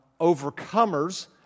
overcomers